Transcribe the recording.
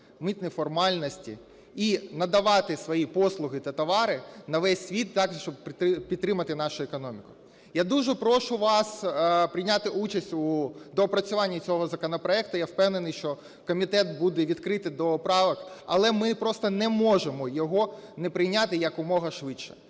митні формальності. І надавати свої послуги та товари на весь світ, також, щоб підтримати нашу економіку. Я дуже прошу вас прийняти участь у доопрацюванні цього законопроекту. Я впевнений, що комітет буде відкритий до правок. Але ми просто не можемо його не прийняти, якомога швидше.